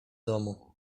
domu